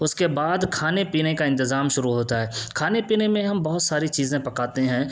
اس کے بعد کھانے پینے کا انتظام شروع ہوتا ہے کھانے پینے میں ہم بہت ساری چیزیں پکاتے ہیں